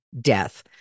death